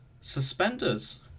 Suspenders